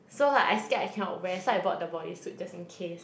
so like I scared I cannot wear so I bought the bodysuit just in case